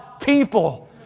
people